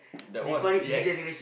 that one's D_X